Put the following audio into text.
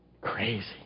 Crazy